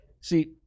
See